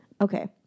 okay